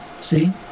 See